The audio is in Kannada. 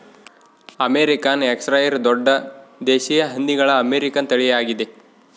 ಅಮೇರಿಕನ್ ಯಾರ್ಕ್ಷೈರ್ ದೊಡ್ಡ ದೇಶೀಯ ಹಂದಿಗಳ ಅಮೇರಿಕನ್ ತಳಿಯಾಗಿದೆ